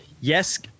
yes